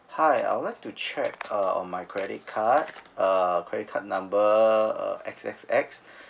hi I would like to check uh on my credit card uh credit card number uh X X X